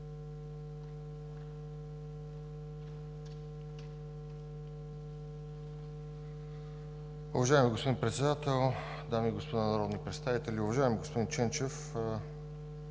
Уважаеми господин Председател, дами и господа народни представители! Уважаеми господин Ченчев,